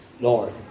Lord